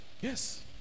Yes